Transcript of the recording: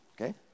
Okay